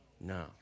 No